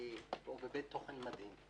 או בבית תוכן מדהים.